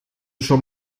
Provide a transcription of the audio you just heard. schon